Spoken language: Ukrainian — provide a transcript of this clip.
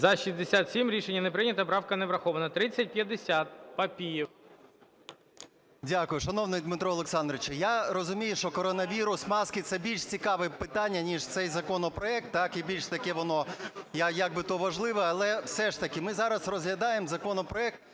За-67 Рішення не прийнято. Правка не врахована. 3050, Папієв. 17:02:30 ПАПІЄВ М.М. Дякую. Шановний Дмитре Олександровичу, я розумію, що коронавірус, маски – це більш цікаве питання, ніж цей законопроект, так? І більш таке воно, як би важливе. Але все ж таки ми зараз розглядаємо законопроект,